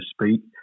speak